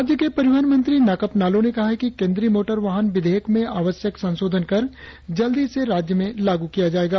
राज्य के परिवहन मंत्री नाकाप नालो ने कहा है कि केंद्रीय मोटर वाहन विधेयक में आवश्यक संशोधन कर जल्द ही इसे राज्य में लागू किया जाएगा